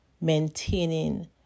maintaining